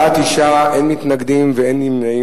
בעד, 9, אין מתנגדים ואין נמנעים.